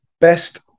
Best